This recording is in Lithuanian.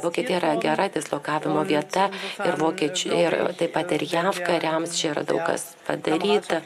vokietija yra gera dislokavimo vieta ir vokiečių ir taip pat ir jav kariams čia yra daug kas padaryta